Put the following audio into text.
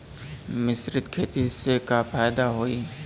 मिश्रित खेती से का फायदा होई?